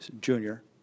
Junior